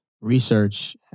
research